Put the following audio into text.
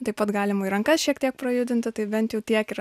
taip pat galima ir rankas šiek tiek pajudinti tai bent jau tiek ir